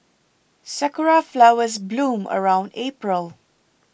sakura flowers bloom around April